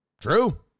True